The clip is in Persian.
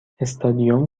استادیوم